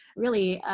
really,